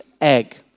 egg